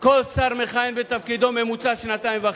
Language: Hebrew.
כל שר מכהן בתפקידו בממוצע שנתיים וחצי.